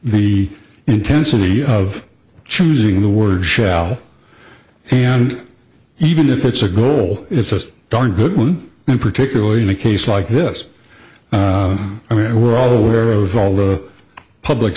the intensity of choosing the word shell and even if it's a goal it's a darn good one and particularly in a case like this i mean we're all aware of all the public